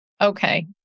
Okay